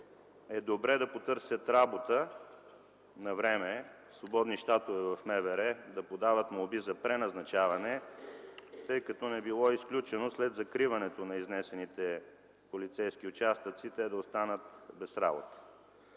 е добре да потърсят работа навреме, свободни щатове в МВР, да подават молби за преназначаване, тъй като не било изключено след закриването на изнесените полицейски участъци те да останат без работа.